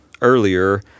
earlier